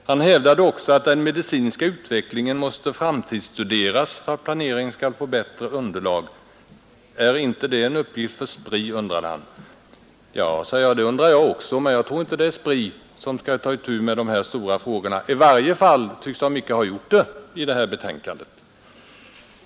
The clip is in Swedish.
Han hävdade också, att den medicinska utvecklingen måste ”framtidsstuderas” för att planeringen skall få bättre underlag — är inte det en uppgift för SPRI? undrade han.” Ja, sade jag, det undrar jag också, men jag tror inte det är SPRI som skall ta itu med dessa stora frågor — i varje fall tycks man inte ha gjort det i detta betänkande.